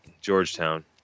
Georgetown